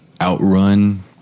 outrun